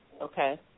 Okay